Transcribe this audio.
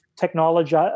technology